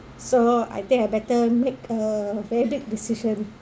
so I think I better make a very big decision